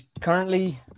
currently